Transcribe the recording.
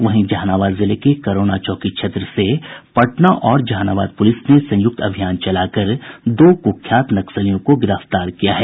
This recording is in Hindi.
वहीं जहानाबाद जिले के करौना चौकी क्षेत्र से पटना और जहानाबाद पुलिस ने संयुक्त अभियान चलाकर दो कुख्यात नक्सलियों को गिरफ्तार किया है